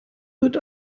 wird